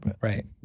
Right